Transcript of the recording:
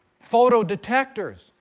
photodetectors,